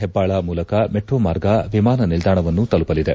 ಹೆಬ್ಬಾಳ ಮೂಲಕ ಮೆಟ್ರೋ ಮಾರ್ಗ ವಿಮಾನ ನಿಲ್ದಾಣವನ್ನು ತಲುಪಲಿದೆ